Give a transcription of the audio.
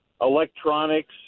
electronics